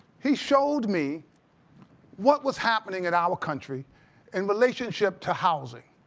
he showed me what was happening in our country in relationship to housing.